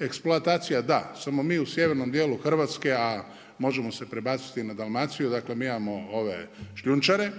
Eksploatacija da, samo mi u sjevernom dijelu Hrvatske, a možemo se prebaciti na Dalmaciju, dakle mi imamo ove šljunčare,